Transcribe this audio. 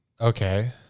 Okay